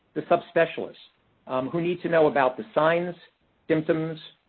the sub-specialists who need to know about the signs, symptoms,